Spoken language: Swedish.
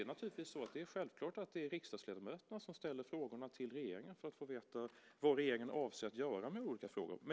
Det är självklart att det är riksdagsledamöterna som ställer frågorna till regeringen för att få veta vad regeringen avser att göra med olika frågor.